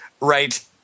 right